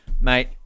mate